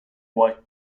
white